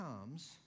comes